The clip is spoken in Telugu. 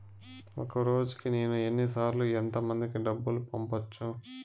ఒక రోజుకి నేను ఎన్ని సార్లు ఎంత మందికి డబ్బులు పంపొచ్చు?